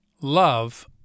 Love